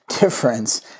difference